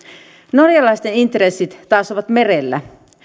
norjalaisten intressit taas ovat merellä